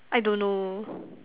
I don't know